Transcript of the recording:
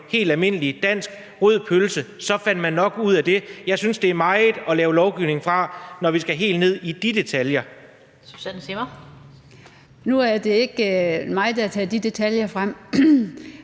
helt almindelig, dansk rød pølse. Man fandt nok ud af det. Jeg synes, det er for meget af det gode, hvis vi skal lave lovgivning, når vi skal helt ned i de detaljer.